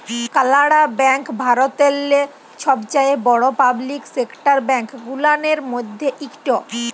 কালাড়া ব্যাংক ভারতেল্লে ছবচাঁয়ে বড় পাবলিক সেকটার ব্যাংক গুলানের ম্যধে ইকট